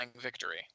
victory